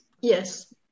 Yes